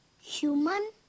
Human